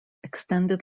extended